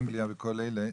אנגליה וכל אלה,